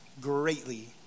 greatly